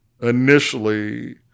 initially